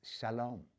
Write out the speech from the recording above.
shalom